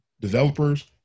developers